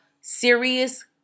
serious